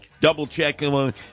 double-checking